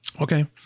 okay